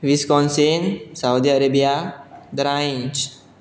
Wisconsin Saudi Arabia द्रायंच